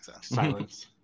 Silence